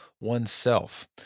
oneself